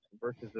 versus